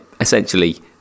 essentially